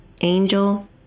Angel